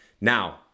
Now